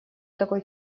такой